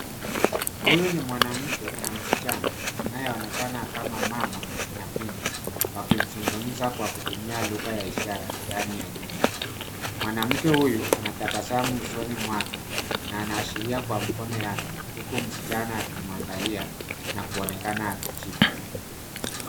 Huyu ni mwanamke na msichana anayeonekana kama mama na binti wakizungumza kwa kutumia lugha ya ishara ndani ya nyumba mwanamke huyu anatabasamu usoni mwake na anaashiria kwa mkono wake huku msichana akimwangalia na kuonekana akijibu.